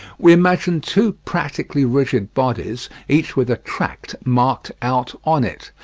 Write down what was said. we imagine two practically-rigid bodies, each with a tract marked out on it.